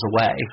away